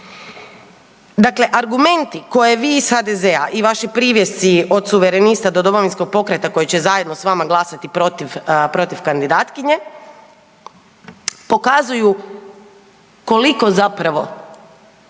Dakle argumenti koje vi iz HDZ-a i njihovi privjesci, od Suverenista do Domovinskog pokreta koji će zajedno s vama glasati protiv kandidatkinje, pokazuju koliko zapravo